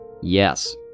Yes